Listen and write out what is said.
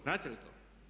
Znate li to